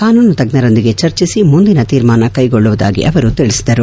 ಕಾನೂನು ತಜ್ಞರೊಂದಿಗೆ ಚರ್ಚಿಸಿ ಮುಂದಿನ ತೀರ್ಮಾನ ಕೈ ಕೈಗೊಳ್ಳುವುದಾಗಿ ಅವರು ತಿಳಿಸಿದರು